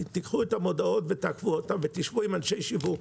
תעקבו אחר המודעות עם אנשי שיווק,